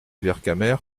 vercamer